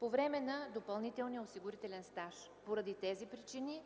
по време на допълнителния осигурителен стаж. Поради тези причини